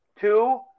two